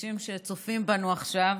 אנשים שצופים בנו עכשיו